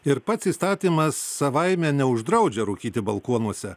ir pats įstatymas savaime neuždraudžia rūkyti balkonuose